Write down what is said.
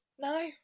No